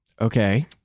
Okay